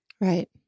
Right